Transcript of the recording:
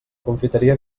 confiteria